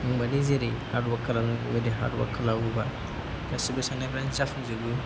आंबादि जेरै हार्दवर्क खालामनांगौ बेबादि हार्दवर्क खालामोबा गासैबो सान्नायफ्रानो जाफुंजोबो